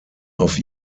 auf